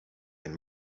ein